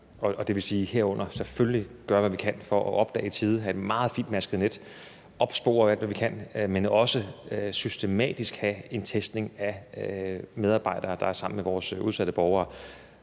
Det vil sige, at vi herunder selvfølgelig er nødt til at gøre, hvad vi kan, for at opdage det i tide, sørge for at have et meget fintmasket net, og opspore alt, hvad vi kan, men også systematisk have en testning af medarbejdere, der er sammen med vores udsatte borgere.